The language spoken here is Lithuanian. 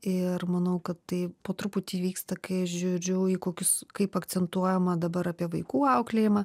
ir manau kad tai po truputį vyksta kai žiūriu į kokius kaip akcentuojama dabar apie vaikų auklėjimą